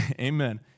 Amen